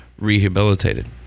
rehabilitated